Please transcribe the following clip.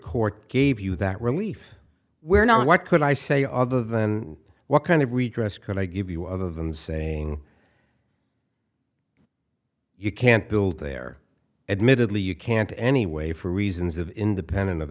court gave you that relief where not what could i say other than what kind of redress could i give you other than saying you can't build there admittedly you can't anyway for reasons of independent of